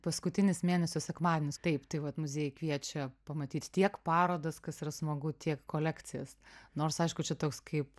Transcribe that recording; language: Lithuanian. paskutinis mėnesio sekmadienis taip tai vat muziejai kviečia pamatyt tiek parodas kas yra smagu tiek kolekcijas nors aišku čia toks kaip